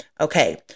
Okay